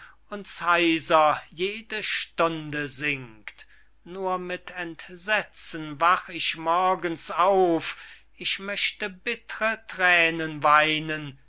heiser jede stunde singt nur mit entsetzen wach ich morgens auf ich möchte bittre thränen weinen